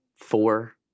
four